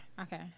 okay